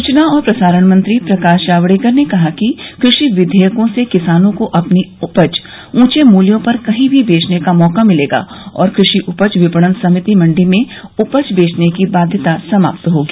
सूचना और प्रसारण मंत्री प्रकाश जावड़ेकर ने कहा कि कृषि विधेयकों से किसानों को अपनी उपज ऊंचे मूल्यों पर कहीं भी बेचने का मौका मिलेगा और कृषि उपज विपणन समिति की मंडी में उपज बेचने की बाध्यता समाप्त होगी